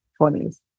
20s